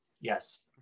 yes